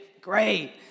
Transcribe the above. Great